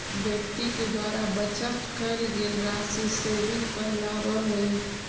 व्यक्ति के द्वारा बचत कैल गेल राशि सेविंग कहलावऽ हई